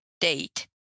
date